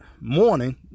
morning